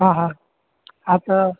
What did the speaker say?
हा हा हा त